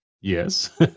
Yes